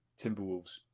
timberwolves